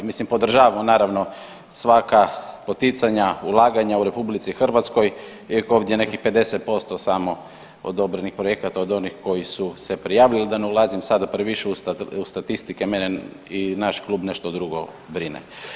Mislim podržavamo naravno svaka poticanja i ulaganja u RH iako je ovdje nekih 50% samo odobrenih projekata od onih koji su se prijavili, da ne ulazim sada previše u statistike, mene i naš klub nešto drugo brine.